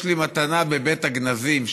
יש לי מתנה בבית הגנזים,